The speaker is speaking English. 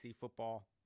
football